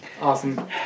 Awesome